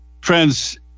friends